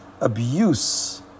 abuse